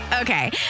Okay